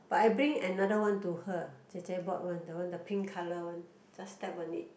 but I bring another one to her 姐姐：jie jie bought one the one the pink colour one just step on it